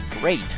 great